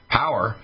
power